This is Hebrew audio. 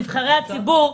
נבחרי הציבור,